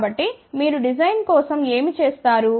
కాబట్టి మీరు డిజైన్ కోసం ఏమి చేస్తారు